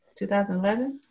2011